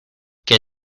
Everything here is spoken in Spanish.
que